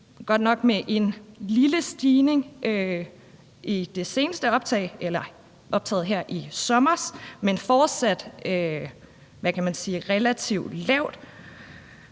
godt nok med en lille stigning i det seneste optag, altså optaget her i sommer, men det er fortsat relativt lavt.